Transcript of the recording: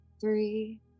three